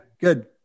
good